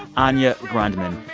anya grundmann.